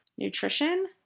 nutrition